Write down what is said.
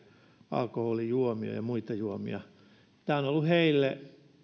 alkoholijuomia ja muita juomia tämä on ollut heille